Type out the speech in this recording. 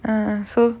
and so